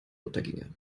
unterginge